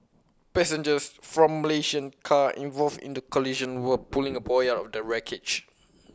passengers from Malaysian car involved in the collision were pulling A boy out of the wreckage